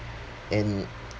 and